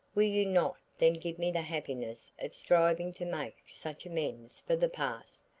will you not then give me the happiness of striving to make such amends for the past,